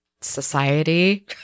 society